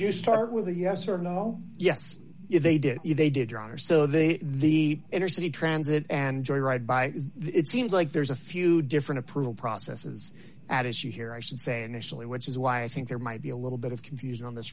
you start with a yes or no yes they did you they did your honor so they the inner city transit and joy ride by it seems like there's a few different approval processes at issue here i should say initially which is why i think there might be a little bit of confusion on this